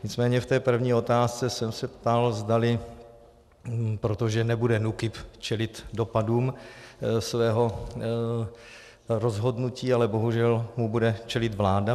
Nicméně v té první otázce jsem se ptal, zdali protože nebude NÚKIB čelit dopadům svého rozhodnutí, ale bohužel mu bude čelit vláda.